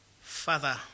Father